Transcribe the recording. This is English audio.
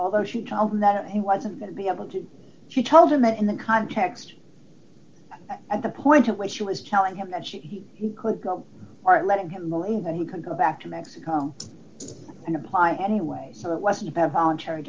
although she told him that he wasn't going to be able to she told him that in the context at the point to which she was telling him that she could go aren't letting him believe that he could go back to mexico and apply anyway so it wasn't a voluntary